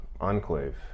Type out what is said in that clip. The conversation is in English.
enclave